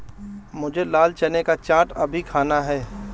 मुझे लाल चने का चाट अभी खाना है